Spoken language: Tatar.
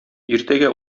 иртәгә